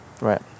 Right